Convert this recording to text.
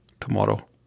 tomorrow